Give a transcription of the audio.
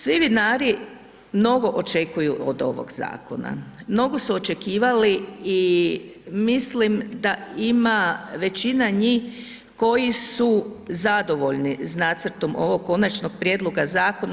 Svi vinari mnogo očekuju od ovog zakona, mnogo su očekivali i mislim da ima većina njih koji su zadovoljni sa nacrtom ovog konačnog prijedloga zakona.